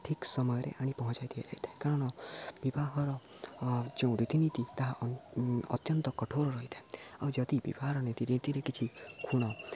ଠିକ ସମୟରେ ଆଣି ପହଞ୍ଚାଇ ଦିଆଯାଇଥାଏ କାରଣ ବିବାହର ଯେଉଁ ରୀତିନୀତି ତାହା ଅତ୍ୟନ୍ତ କଠୋର ରହିଥାଏ ଆଉ ଯଦି ବିବାହର ନୀତିନୀତିରେ କିଛି ଖୁଣ